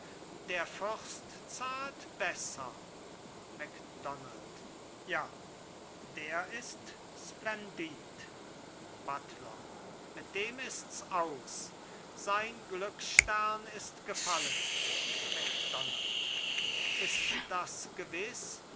der fürst zahlt besser macdonald ja der ist splendid buttler mit dem ists aus sein glücksstern ist gefallen macdonald ist das gewiß